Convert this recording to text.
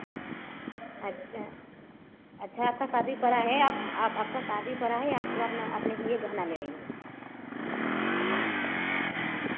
अच्छा अच्छा आपका शादी पड़ा है आपका शादी पड़ा है आप अपना अपने लिए गहना ले रही हैं